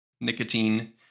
nicotine